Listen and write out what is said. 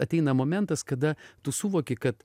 ateina momentas kada tu suvoki kad